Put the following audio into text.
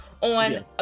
on